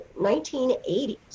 1980s